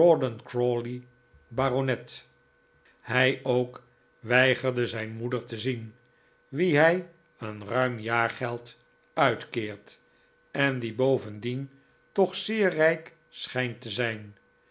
rawdon crawley bart hij ook weigerde zijn moeder te zien wie hij een ruim jaargeld uitkeert en die bovendien toch zeer rijk schijnt te zijn